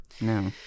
No